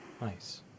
Nice